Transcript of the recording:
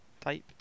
type